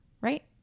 right